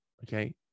Okay